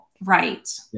Right